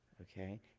okay